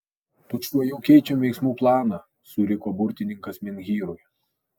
tučtuojau keičiam veiksmų planą suriko burtininkas menhyrui